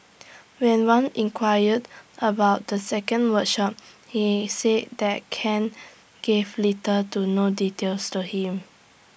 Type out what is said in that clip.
when wan inquired about the second workshop he said that Ken gave little to no details to him